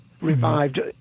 revived